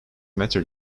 matter